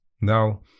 Now